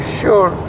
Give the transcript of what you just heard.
sure